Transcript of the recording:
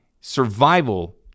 Survival